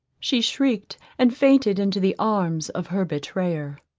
she shrieked, and fainted into the arms of her betrayer.